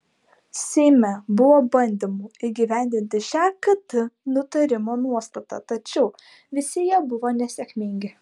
seime buvo bandymų įgyvendinti šią kt nutarimo nuostatą tačiau visi jie buvo nesėkmingi